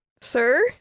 sir